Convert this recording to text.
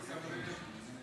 חברת הכנסת לזימי,